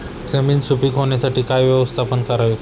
जमीन सुपीक होण्यासाठी काय व्यवस्थापन करावे?